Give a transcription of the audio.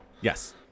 Yes